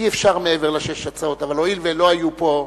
אי-אפשר מעבר לשש הצעות, אבל הואיל ולא היו פה,